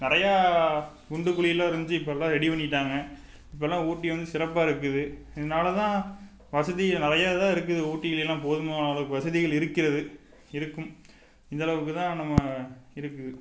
நிறையா குண்டு குழியிலாம் இருந்துச்சு இப்பெல்லாம் ரெடி பண்ணிட்டாங்க இப்பெல்லாம் ஊட்டி வந்து சிறப்பாக இருக்குது இதனால் தான் வசதி நிறையா தான் இருக்குது ஊட்டியில் எல்லாம் போதுமான அளவுக்கு வசதிகள் இருக்கிறது இருக்கும் இந்தளவுக்கு தான் நம்ம இருக்குது